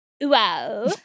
wow